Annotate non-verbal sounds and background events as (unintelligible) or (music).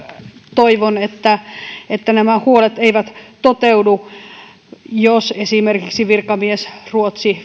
toivon että että nämä huolet eivät toteudu jos esimerkiksi virkamiesruotsi (unintelligible)